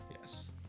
yes